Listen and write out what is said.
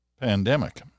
Pandemic